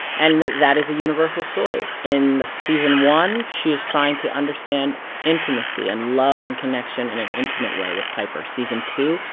and that that is a universal story. in the season one, she is trying to understand intimacy and love and connection in an intimate way with piper. season two,